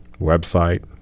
website